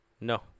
No